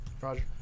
Roger